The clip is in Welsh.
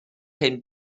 cyn